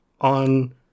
on